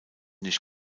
nicht